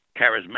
charismatic